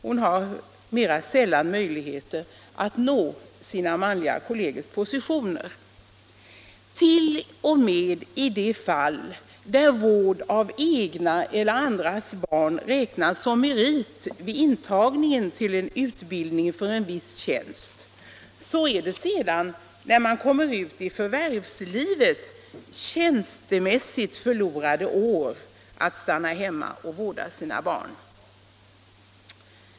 Hon har mer sällan möjligheter att nå sina manliga kollegers positioner. T. o. m. i de fall där vård av egna eller andras barn räknas som merit vid intagningen till utbildning för viss tiänst är det när man kommer ut i förvärvslivet tjänstemässigt förlorade år att stanna hemma och vårda sina barn.